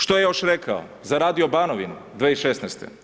Što je još rekao za Radio Banovinu 2016?